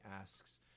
asks